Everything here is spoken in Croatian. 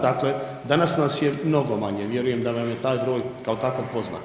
Dakle danas je mnogo manje, vjerujem da vam je taj broj, kao takav poznat.